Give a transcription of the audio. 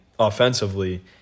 Offensively